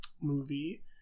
movie